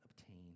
obtain